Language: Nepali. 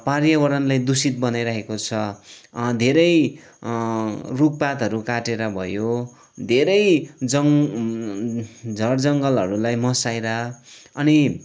पर्यावरणलाई दूषित बनाइरहेको छ धेरै रूखपातहरू काटेर भयो धेरै झार जङ्गलहरूलाई मसाएर अनि